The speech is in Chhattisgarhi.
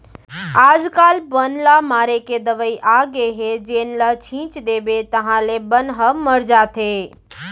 आजकाल बन ल मारे के दवई आगे हे जेन ल छिंच देबे ताहाँले बन ह मर जाथे